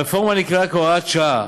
הרפורמה נקבעה כהוראת שעה,